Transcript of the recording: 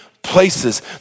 places